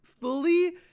fully